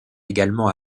également